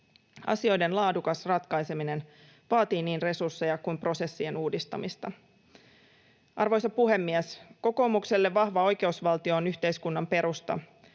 Asioiden laadukas ratkaiseminen vaatii niin resursseja kuin prosessien uudistamista. Arvoisa puhemies! Kokoomukselle vahva oikeusvaltio on yhteiskunnan perusta.